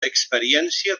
experiència